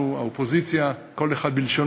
אנחנו, האופוזיציה, כל אחד בלשונו